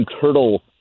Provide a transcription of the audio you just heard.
turtle